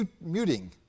muting